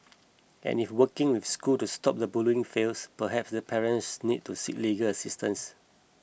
and if working with the school to stop the bullying fails perhaps these parents need to seek legal assistance